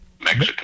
Mexico